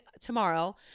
tomorrow